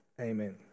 Amen